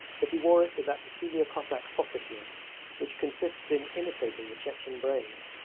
but he wore it with that peculiar cossack foppishness which consists in imitating the chechen brave.